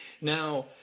Now